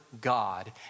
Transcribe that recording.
God